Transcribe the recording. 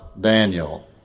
Daniel